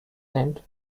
named